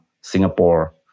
Singapore